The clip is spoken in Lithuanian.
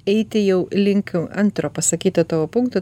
eiti jau link antro pasakyto tavo punkto